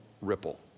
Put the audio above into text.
ripple